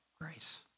grace